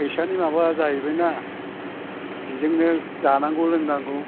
फैसानि माबा जाहैबायना बेजोंनो जानांगौ लोंनांगौ